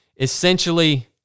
Essentially